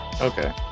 Okay